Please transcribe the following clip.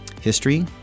history